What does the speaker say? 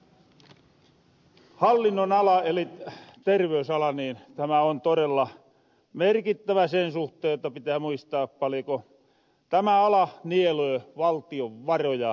tämä hallinnonala eli terveysala on todella merkittävä sen suhteen jotta pitää muistaa paljoko tämä ala nielöö valtion varoja